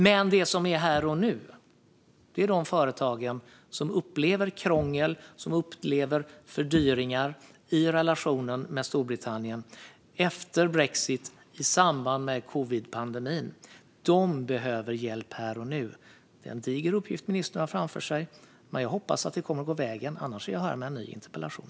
Men det som är här och nu är de företag som upplever krångel och fördyringar i relationen med Storbritannien efter brexit och i samband med covidpandemin. De behöver hjälp här och nu. Det är en diger uppgift ministern har framför sig, men jag hoppas att det kommer att gå vägen. Annars kommer jag med en ny interpellation.